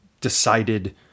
decided